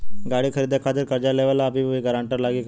गाड़ी खरीदे खातिर कर्जा लेवे ला भी गारंटी लागी का?